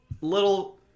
Little